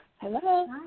Hello